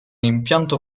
impianto